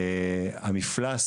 המפלס,